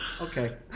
okay